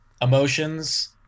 emotions